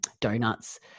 donuts